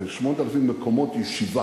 זה 8,000 מקומות ישיבה.